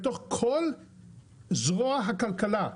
בתוך כל זרוע הכלכלה,